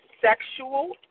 sexual